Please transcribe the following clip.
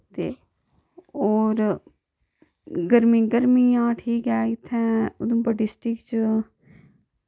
ते और गर्मी गर्मियां ठीक ऐ इत्थैं उधमपुर डिस्ट्रिक्ट च